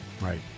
Right